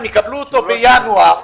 בינואר.